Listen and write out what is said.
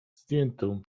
zdjętą